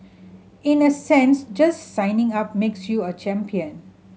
in a sense just signing up makes you a champion